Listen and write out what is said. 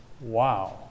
Wow